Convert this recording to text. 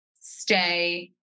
stay